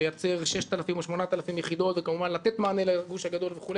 לייצר 6,000 או 8,000 יחידות וכמובן לתת מענה לגוש הגדול וכו',